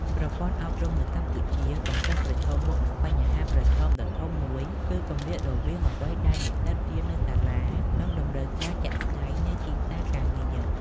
ប្រព័ន្ធអប់រំនៅកម្ពុជាកំពុងប្រឈមមុខនឹងបញ្ហាប្រឈមដ៏ធំមួយ គឺ គម្លាតរវាងអ្វីដែលនិស្សិតរៀននៅសាលា និងតម្រូវការជាក់ស្តែងនៃទីផ្សារការងារ។